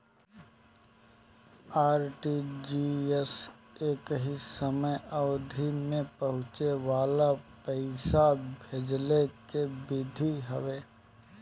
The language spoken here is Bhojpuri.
आर.टी.जी.एस एकही समय अवधि में पहुंचे वाला पईसा भेजला के विधि हवे